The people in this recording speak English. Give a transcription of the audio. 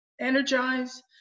energize